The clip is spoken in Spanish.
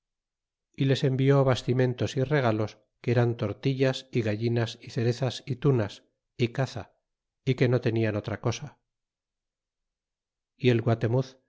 y les envió bastimentos y regalos que eran tortillas y gallinas y cerezas y tunas y caza é que no tenian otra cosa y el guatemuz